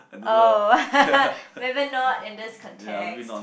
oh maybe not in this context